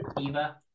Eva